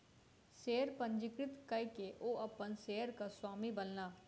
share पंजीकृत कय के ओ अपन शेयरक स्वामी बनला